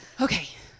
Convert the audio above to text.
Okay